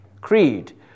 Creed